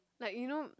like you know